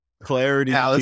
clarity